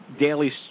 daily